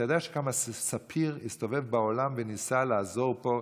אתה יודע כמה ספיר הסתובב בעולם, וניסה לעזור פה.